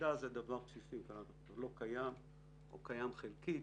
מידע זה דבר בסיסי, אם הוא לא קיים או קיים חלקית,